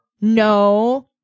no